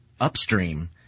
upstream